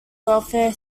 welfare